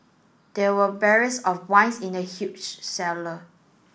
there were barrels of wines in the huge cellar